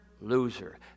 loser